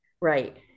Right